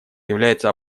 является